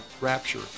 rapture